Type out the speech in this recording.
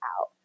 out